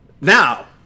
Now